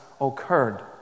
occurred